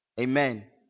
amen